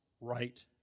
right